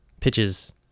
pitches